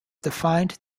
defined